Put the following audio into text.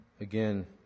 Again